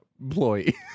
employee